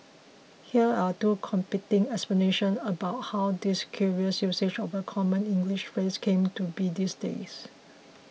here are two competing explanations about how this curious usage of a common English phrase came to be these days